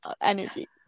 energy